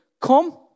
come